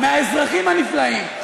מהאזרחים הנפלאים,